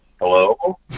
Hello